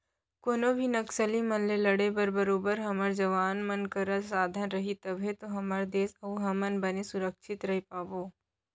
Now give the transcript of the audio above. कोनो भी नक्सली मन ले लड़े बर बरोबर हमर जवान मन करा साधन रही तभे तो हमर देस अउ हमन बने सुरक्छित रहें पाबो